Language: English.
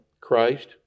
Christ